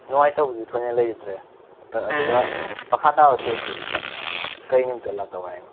ꯅꯨꯡꯉꯥꯏꯇꯕꯕꯨꯗꯤ ꯊꯣꯏꯅ ꯂꯩꯇ꯭ꯔꯦ ꯍꯟꯗꯛ ꯑꯗꯨꯒ ꯃꯈꯥ ꯇꯥꯕ ꯆꯦꯛꯁꯤ ꯀꯩ ꯅꯨꯃꯤꯠꯇ ꯂꯥꯛꯆꯧ ꯍꯥꯏꯅꯣ